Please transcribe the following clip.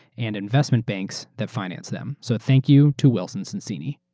and investment banks that finance them. so thank you to wilson sonsini.